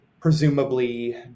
presumably